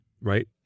right